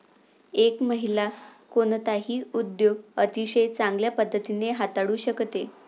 एक महिला कोणताही उद्योग अतिशय चांगल्या पद्धतीने हाताळू शकते